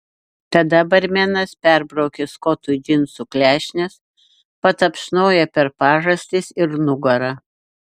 tada barmenas perbraukė skotui džinsų klešnes patapšnojo per pažastis ir nugarą